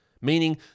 Meaning